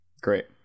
Great